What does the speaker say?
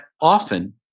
often